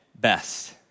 best